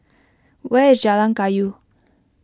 where is Jalan Kayu